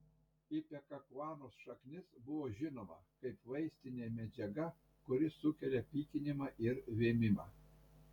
ipekakuanos šaknis buvo žinoma kaip vaistinė medžiaga kuri sukelia pykinimą ir vėmimą